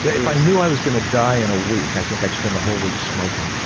if i knew i was gonna die in a week, i think i'd spend the whole week smoking,